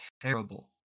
terrible